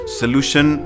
solution